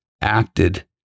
acted